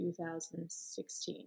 2016